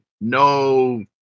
no